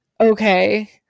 okay